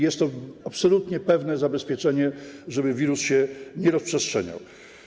Jest to absolutnie pewne zabezpieczenie, żeby wirus się nie rozprzestrzeniał.